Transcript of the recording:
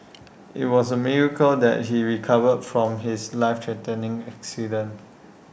IT was A miracle that he recovered from his life threatening accident